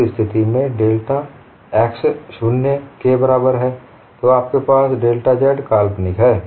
उस स्थिति में डेल्टा x 0 के बराबर है तो आपके पास डेल्टा z काल्पनिक है